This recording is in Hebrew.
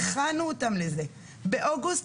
הכנו אותם לזה באוגוסט,